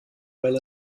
well